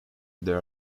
there